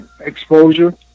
exposure